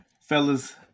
Fellas